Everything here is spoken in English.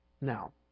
Now